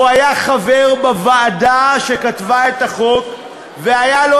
הוא היה חבר בוועדה שכתבה את החוק והיה לו